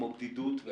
כמו בדידות.